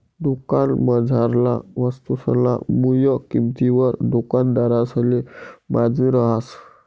दुकानमझारला वस्तुसना मुय किंमतवर दुकानदारसले मार्जिन रहास